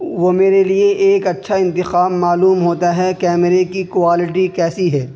وہ میرے لیے ایک اچھا انتخاب معلوم ہوتا ہے کیمرے کی کوالٹی کیسی ہے